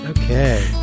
Okay